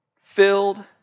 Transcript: filled